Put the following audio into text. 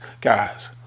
Guys